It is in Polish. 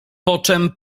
poczem